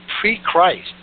pre-Christ